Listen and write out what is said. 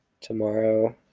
tomorrow